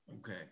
Okay